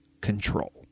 control